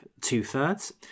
two-thirds